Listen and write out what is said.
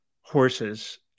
horses